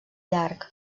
llarg